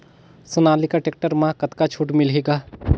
Sonalika tractor म कतका छूट मिलही ग?